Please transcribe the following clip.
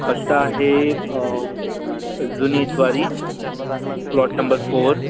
पत्ता आहे जुनी इतवारी प्लॉट नंबर फोर